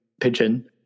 pigeon